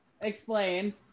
explain